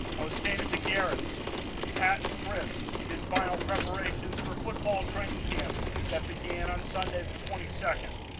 i was staying at the garrets with pat and curses we did final preparations for football training camp that began on sunday the twenty second.